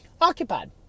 occupied